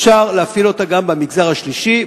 אפשר להפעיל אותה גם במגזר השלישי,